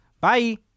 Bye